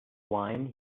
wine